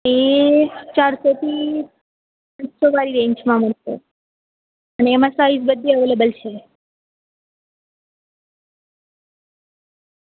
એ ચારસોથી છસ્સોવાળી રેન્જમાં મળશે અને એમાં સાઈઝ બધી અવેલેબલ છે